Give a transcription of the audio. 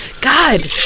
God